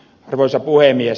arvoisa puhemies